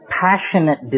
passionate